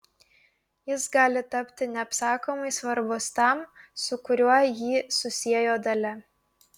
jis gali tapti neapsakomai svarbus tam su kuriuo jį susiejo dalia